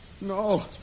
No